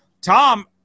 Tom